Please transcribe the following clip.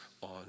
on